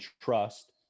trust